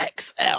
XL